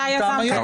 אתה יצרת את זה.